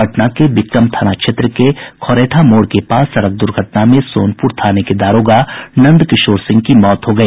पटना के बिक्रम थाना क्षेत्र के खोरैठा मोड़ के पास सड़क दुर्घटना में सोनपुर थाने के दारोगा नंदकिशोर सिंह की मौत हो गई